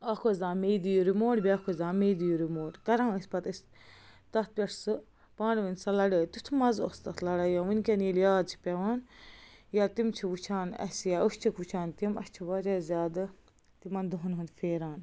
اَکھ اوس دَہان مے دِیوٗ رِموٹ بیٛاکھ اوس دَپان مے دِیوٗ رِموٹ کَران ٲسۍ پتہٕ أسۍ تَتھ پٮ۪ٹھ سُہ پانہٕ ؤنۍ سۄ لَڑٲے تیُتھ مَزٕ اوس تَتھ لَگان یا وٕنۍکٮ۪ن ییٚلہِ یاد چھِ پٮ۪وان یا تِم چھِ وٕچھان اَسہِ یا أسۍ چھِکھ وٕچھان تِم اَسہِ چھِ واریاہ زیادٕ تِمن دۄہن ہُنٛد پھیران